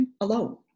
alone